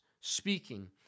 speaking